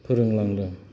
फोरोंलांदों